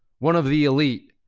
one of the elite.